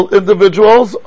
individuals